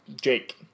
Jake